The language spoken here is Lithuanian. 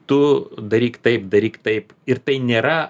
tu daryk taip daryk taip ir tai nėra